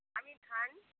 আমি ধান কিনি